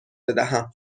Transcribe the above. بدهم